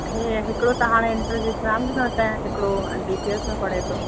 हे हिकिड़ो त हाणे इंटर जो एग्जाम वरतएं हिकिड़ो डी पी एस में पढ़े थो